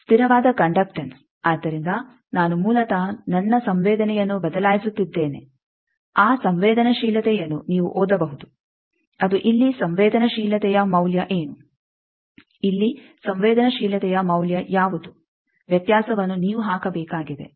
ಸ್ಥಿರವಾದ ಕಂಡಕ್ಟೆಂಸ್ ಆದ್ದರಿಂದ ನಾನು ಮೂಲತಃ ನನ್ನ ಸಂವೇದನೆಯನ್ನು ಬದಲಾಯಿಸುತ್ತಿದ್ದೇನೆ ಆ ಸಂವೇದನಾಶೀಲತೆಯನ್ನು ನೀವು ಓದಬಹುದು ಅದು ಇಲ್ಲಿ ಸಂವೇದನಾಶೀಲತೆಯ ಮೌಲ್ಯ ಏನು ಇಲ್ಲಿ ಸಂವೇದನಾಶೀಲತೆಯ ಮೌಲ್ಯ ಯಾವುದು ವ್ಯತ್ಯಾಸವನ್ನು ನೀವು ಹಾಕಬೇಕಾಗಿದೆ